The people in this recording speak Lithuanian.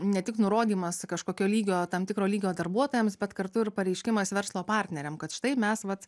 ne tik nurodymas kažkokio lygio tam tikro lygio darbuotojams bet kartu ir pareiškimas verslo partneriam kad štai mes vat